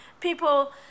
people